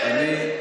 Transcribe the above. אני מתנדב.